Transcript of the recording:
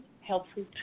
helpful